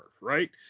right